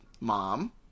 Mom